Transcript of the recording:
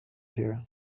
here